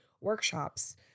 workshops